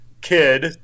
kid